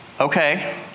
Okay